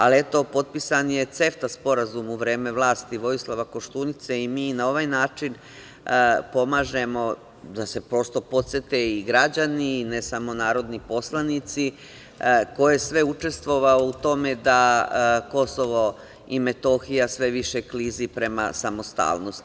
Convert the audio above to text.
Ali, eto, potpisan je CEFTA sporazum u vreme vlasti Vojislava Koštunice i mi na ovaj način pomažemo da se prosto podsete i građani, ne samo narodni poslanici ko je sve učestvovao u tome da KiM sve više klizi prema samostalnost.